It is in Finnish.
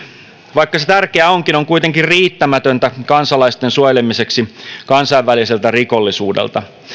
vaikka se tärkeää onkin on kuitenkin riittämätöntä kansalaisten suojelemiseksi kansainväliseltä rikollisuudelta